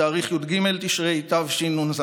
בתאריך י"ג תשרי תשנ"ז.